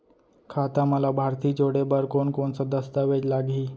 खाता म लाभार्थी जोड़े बर कोन कोन स दस्तावेज लागही?